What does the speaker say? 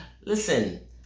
Listen